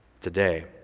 today